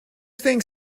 think